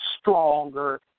stronger